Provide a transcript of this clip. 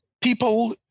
people